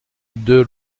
deux